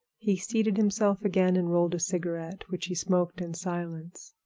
he seated himself again and rolled a cigarette, which he smoked in silence.